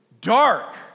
dark